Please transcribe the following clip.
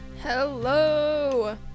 hello